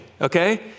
Okay